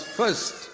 first